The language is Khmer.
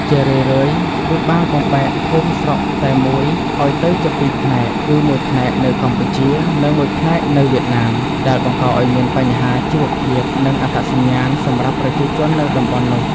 ជារឿយៗ វាបានបំបែកភូមិស្រុកតែមួយឱ្យទៅជាពីរផ្នែក គឺមួយផ្នែកនៅកម្ពុជា និងមួយផ្នែកនៅវៀតណាម ដែលបង្កឱ្យមានបញ្ហាជីវភាព និងអត្តសញ្ញាណសម្រាប់ប្រជាជននៅតំបន់នោះ។